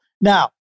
Now